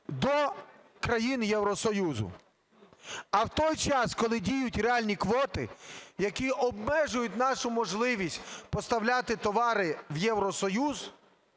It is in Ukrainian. до країн Євросоюзу. А в той час, коли діють реальні квоти, які обмежують нашу можливість поставляти товари в Євросоюз,